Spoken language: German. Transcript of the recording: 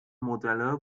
modelle